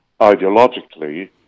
ideologically